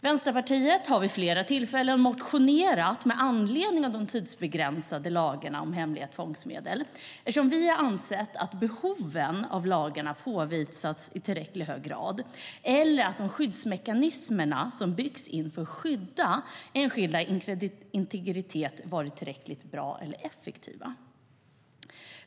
Vänsterpartiet har vid flera tillfällen motionerat med anledning av de tidsbegränsade lagarna om hemliga tvångsmedel eftersom vi inte har ansett att behoven av lagarna påvisats i tillräckligt hög grad eller att de skyddsmekanismer som byggs in för att skydda enskildas integritet varit tillräckligt bra och effektiva.